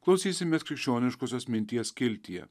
klausysimės krikščioniškosios minties skiltyje